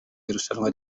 irushanwa